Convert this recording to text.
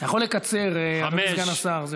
אתה יכול לקצר, אדוני סגן השר.